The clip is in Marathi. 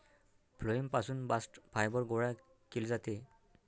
फ्लोएम पासून बास्ट फायबर गोळा केले जाते